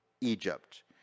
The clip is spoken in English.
Egypt